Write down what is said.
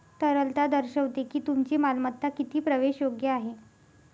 तरलता दर्शवते की तुमची मालमत्ता किती प्रवेशयोग्य आहे